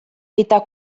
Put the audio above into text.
eta